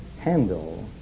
handle